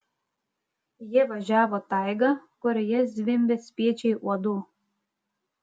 jie važiavo taiga kurioje zvimbė spiečiai uodų